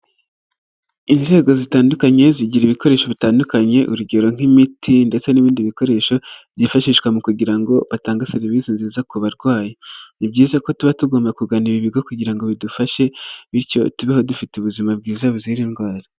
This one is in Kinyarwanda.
Inzego zitandukanye zigira ibikoresho bitandukanye, urugero nk'imiti ndetse n'ibindi bikoresho byifashishwa mu kugira ngo batange serivisi nziza ku barwayi. Ni byiza ko tuba tugomba kugana ibi bigo kugira ngo bidufashe bityo tubeho dufite ubuzima bwiza buzira indwara.